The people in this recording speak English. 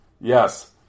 yes